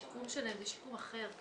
השיקום שלהם זה שיקום אחר,